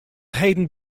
heden